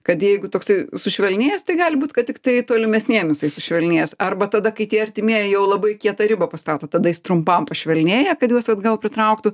kad jeigu toksai sušvelnėjęs tai gali būt kad tiktai tolimesniem jisai sušvelnėjęs arba tada kai tie artimieji jau labai kietą ribą pastato tada jis trumpam pašvelnėja kad juos atgal pritrauktų